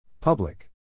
Public